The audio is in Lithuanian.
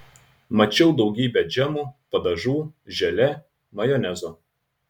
mačiau daugybę džemų padažų želė majonezo